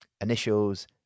Initials